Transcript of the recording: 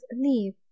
leave